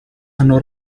hanno